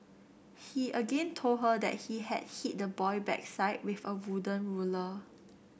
he again told her that he had hit the boy backside with a wooden ruler